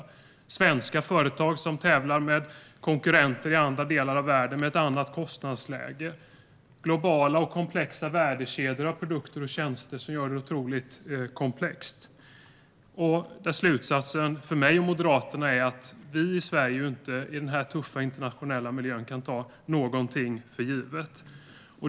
Det kan vara svenska företag som tävlar mot konkurrenter i andra delar av världen med ett annat kostnadsläge. Det är globala och komplexa värdekedjor av produkter och tjänster som gör det otroligt komplext. Slutsatsen för mig och Moderaterna är att vi i Sverige inte i denna tuffa internationella miljö kan ta någonting för givet.